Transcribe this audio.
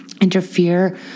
interfere